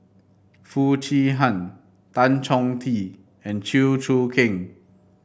Foo Chee Han Tan Chong Tee and Chew Choo Keng